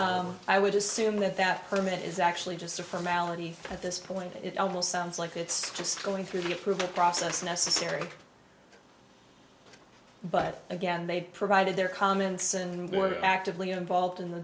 permit i would assume that that permit is actually just a formality at this point it almost sounds like it's just going through the approval process necessary but again they provided their comments and were actively involved in the